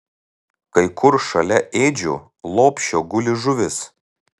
kai kur šalia ėdžių lopšio guli žuvis